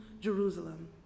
Jerusalem